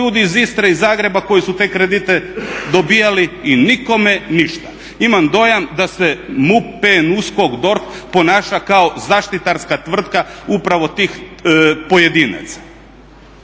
ljudi iz Istre, iz Zagreba koji su te kredite dobivali i nikome ništa. Imam dojam da se MUP, PNUSKOK, DORH, ponaša kao zaštitarska tvrtka upravo tih pojedinaca.